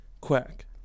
quack